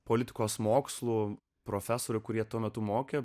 politikos mokslų profesorių kurie tuo metu mokė